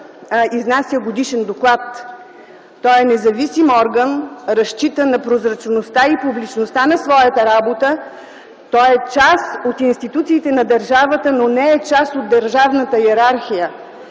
изнася годишен доклад. Той е независим орган, разчита на прозрачността и публичността на своята работа и е част от институциите на държавата, но не е част от държавната йерархия.